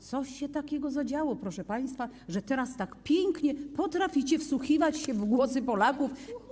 Co się takiego zadziało, proszę państwa, że teraz tak pięknie potraficie wsłuchiwać się w głosy Polaków?